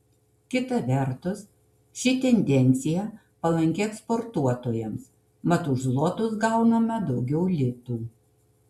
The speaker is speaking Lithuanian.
kita vertus ši tendencija palanki eksportuotojams mat už zlotus gaunama daugiau litų